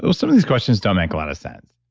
so some of these questions don't make a lot of sense.